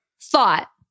thought